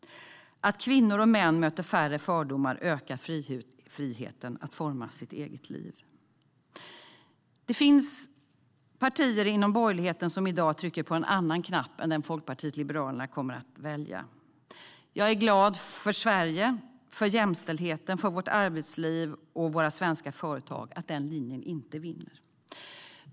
Att kvinnor och män möter färre fördomar ökar friheten att forma sitt eget liv. Det finns partier inom borgerligheten som i dag trycker på en annan knapp än den Folkpartiet liberalerna kommer att välja. Jag är glad för Sveriges, för jämställdhetens, för vårt arbetslivs och våra svenska företags skull att den linjen inte vinner.